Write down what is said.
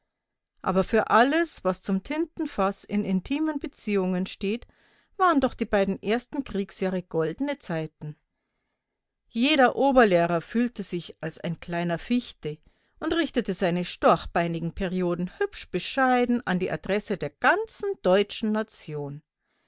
aber für alles was zum tintenfaß in intimen beziehungen steht waren doch die beiden ersten kriegsjahre goldene zeiten jeder oberlehrer fühlte sich als ein kleiner fichte und richtete seine storchbeinigen perioden hübsch bescheiden an die adresse der ganzen deutschen nation